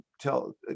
tell